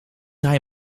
hij